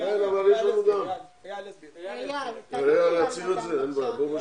אייל יציג את זה, אין בעיה.